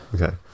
Okay